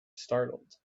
startled